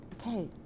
Okay